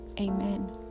Amen